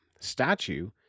statue